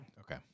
Okay